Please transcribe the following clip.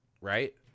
right